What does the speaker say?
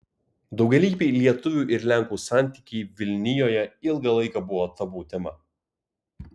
daugialypiai lietuvių ir lenkų santykiai vilnijoje ilgą laiką buvo tabu tema